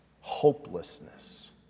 hopelessness